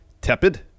tepid